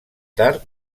tard